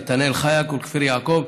נתנאל חיאק וכפיר יעקב,